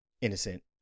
innocent